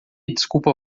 desculpa